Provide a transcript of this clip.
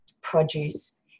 produce